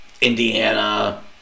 Indiana